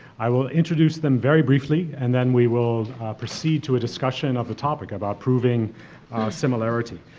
i will introduce them very briefly, and then we will proceed to a discussion of the topic about proving similarity.